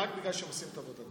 רק בגלל שהם עושים את עבודתם.